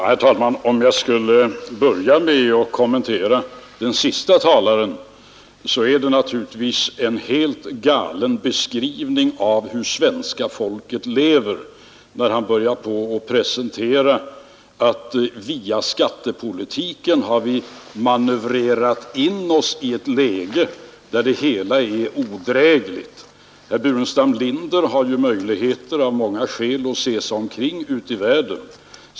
Herr talman! Jag skall börja med att kommentera den senaste talaren. Han lämnar naturligtvis en helt galen beskrivning av hur svenska folket lever när han börjar presentationen med att säga att vi på skattepolitikens område har manövrerat oss in i ett odrägligt läge. Herr Burenstam Linder har ju — av många skäl — möjligheter att se sig omkring ute i världen.